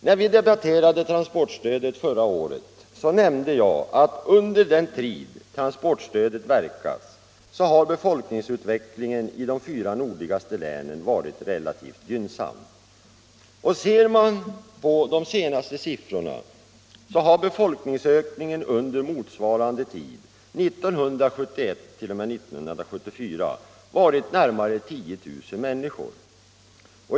När vi debatterade transportstödet förra året nämnde jag att under den tid detta stöd verkat har befolkningsutvecklingen i de fyra nordligaste länen varit relativt gynnsam. Ser man på de senaste siffrorna, finner man att befolkningsökningen under motsvarande tid, alltså 1971-1974, uppgått till närmare 10 000 människor.